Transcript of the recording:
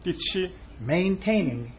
maintaining